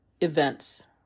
events